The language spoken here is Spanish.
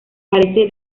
parece